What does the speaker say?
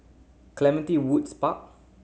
Clementi Woods Park